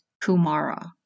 Kumara